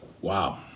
Wow